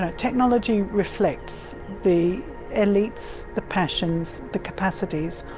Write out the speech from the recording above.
ah technology reflects the elites, the passions, the capacities,